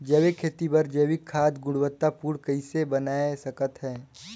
जैविक खेती बर जैविक खाद गुणवत्ता पूर्ण कइसे बनाय सकत हैं?